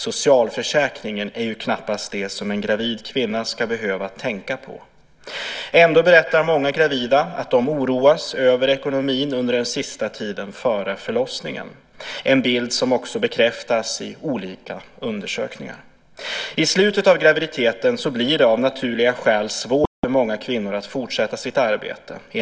Socialförsäkringen är ju knappast vad en gravid kvinna ska behöva tänka på. Ändå berättar många gravida att de under den sista tiden före förlossningen oroas över ekonomin - en bild som också bekräftas i olika undersökningar. I slutet av graviditeten blir det av naturliga skäl svårt för många kvinnor att fortsätta sitt arbete.